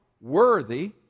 worthy